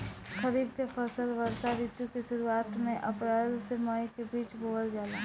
खरीफ के फसल वर्षा ऋतु के शुरुआत में अप्रैल से मई के बीच बोअल जाला